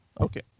Okay